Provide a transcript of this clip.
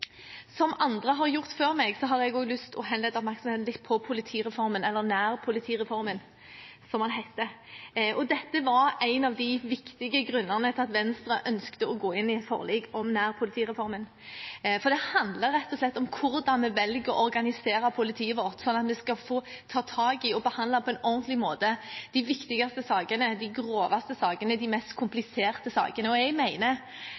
Som andre har gjort før meg, har jeg også god lyst til å henlede oppmerksomheten på politireformen, eller nærpolitireformen som den heter. Dette var en av de viktige grunnene til at Venstre ønsket å gå inn i forlik om nærpolitireformen: Det handler rett og slett om hvordan vi velger å organisere politiet vårt, sånn at vi skal ta tak i og behandle på en ordentlig måte de viktigste sakene, de groveste sakene, de mest kompliserte sakene. Jeg